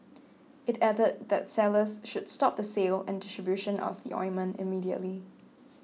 it added that sellers should stop the sale and distribution of the ointment immediately